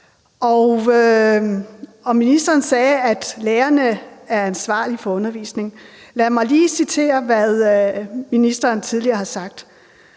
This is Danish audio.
og ministeren sagde, at lærerne er ansvarlige for undervisningen. Lad mig lige citere, hvad ministeren tidligere har sagt: